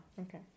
okay